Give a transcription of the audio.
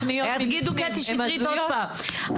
יגידו קטי שטרית עוד פעם,